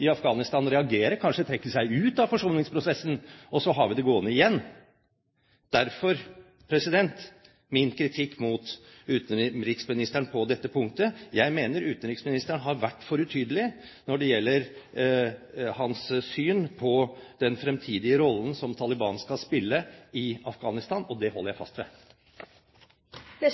i Afghanistan reagere og kanskje trekke seg ut av forsoningsprosessen, og så har vi det gående igjen. Derfor min kritikk mot utenriksministeren på dette punktet. Jeg mener utenriksministeren har vært for utydelig når det gjelder hans syn på den fremtidige rollen som Taliban skal spille i Afghanistan, og det holder jeg fast ved. Det